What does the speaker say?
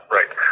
Right